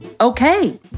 Okay